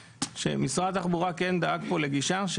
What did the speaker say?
משרד התחבורה כן דאג פה לגישה.